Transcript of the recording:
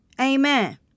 Amen